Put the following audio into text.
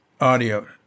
audio